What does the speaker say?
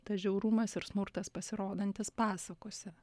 tas žiaurumas ir smurtas pasirodantis pasakose